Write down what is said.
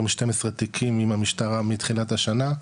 מ-12 תיקים עם המשטרה מתחילת השנה.